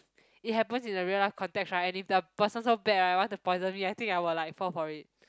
it happens in the real life context right if the person so bad right I want to poison me I think I will like fall for it